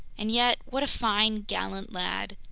and yet, what a fine, gallant lad!